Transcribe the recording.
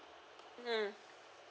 mm